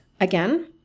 again